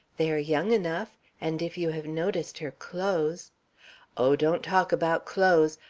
they are young enough, and if you have noticed her clothes oh, don't talk about clothes.